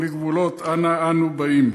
בלי גבולות, אנא אנו באים?